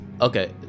Okay